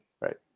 right